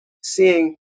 Seeing